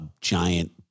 giant